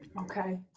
okay